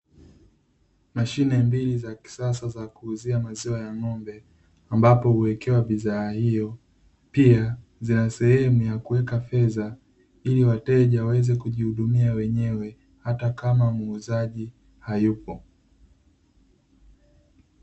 Mashine mbili za kisasa za kuuzia maziwa ya ng'ombe, ambapo huwekewa bidhaa hiyo. Pia zina sehemu ya kuweka fedha ili wateja waweze kujihudumia wenyewe, hata kama muuzaji hayupo.